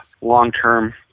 long-term